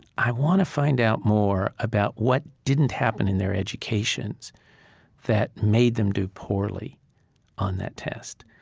i want to find out more about what didn't happen in their educations that made them do poorly on that test,